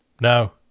No